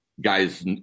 guys